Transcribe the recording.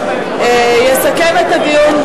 יסכם את הדיון,